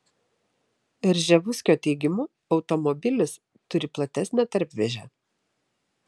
rževuskio teigimu automobilis turi platesnę tarpvėžę